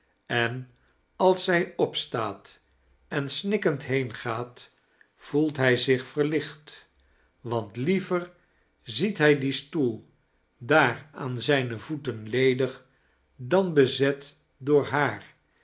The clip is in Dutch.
en als zij opsitaat en snikkend heengaat voelt hij zich verlicht want liever ziet hij dien stoel daar aan zijne voeten ledig dan bezet door haar